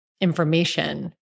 information